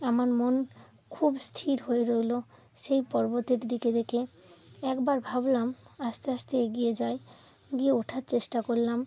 আমার মন খুব স্থির হয়ে রইলো সেই পর্বতের দিকে দেখে একবার ভাবলাম আস্তে আস্তে এগিয়ে যাই গিয়ে ওঠার চেষ্টা করলাম